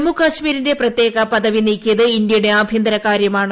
ജമ്മുകശ്മീരിന്റെ പ്രത്യേക പദവി നീക്കിയത് ഇന്ത്യയുടെ ആഭ്യന്തരകാര്യമാണ്